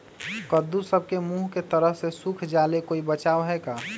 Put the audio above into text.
कददु सब के मुँह के तरह से सुख जाले कोई बचाव है का?